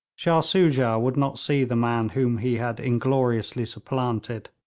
shah soojah would not see the man whom he had ingloriously supplanted,